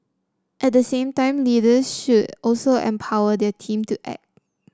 at the same time leaders should also empower their teams to act